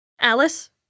Alice